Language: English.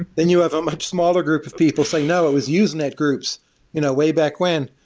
then, you have a much smaller group of people say, no. it was usenet groups you know way back when.